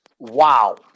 Wow